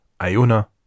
Iona